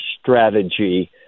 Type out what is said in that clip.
strategy